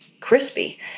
crispy